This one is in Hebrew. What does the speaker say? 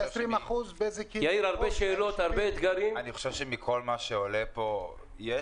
אני חושב שמכל מה שעולה כאן,